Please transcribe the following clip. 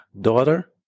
Daughter